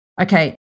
okay